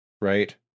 right